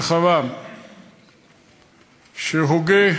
רחבעם, שהוגה,